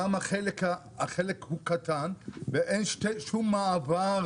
גם החלק הוא קטן ואין שום מעבר